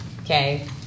okay